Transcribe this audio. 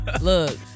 Look